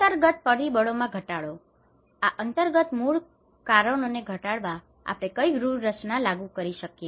અંતર્ગત પરિબળોમાં ઘટાડો આ અંતર્ગત મૂળ કારણોને ઘટાડવા માટે આપણે કઈ વ્યૂહરચનાઓ લાગુ કરી શકીએ